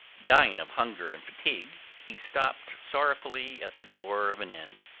dying of hunger and fatigue, he stopped sorrowfully at the door of an inn.